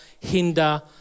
hinder